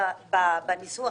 בצורה